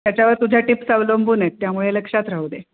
त्याच्यावर तुझ्या टिप्स अवलंबून आहेत त्यामुळे लक्षात राहू दे